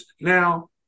Now